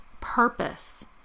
purpose